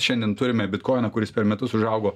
šiandien turime bitkoiną kuris per metus užaugo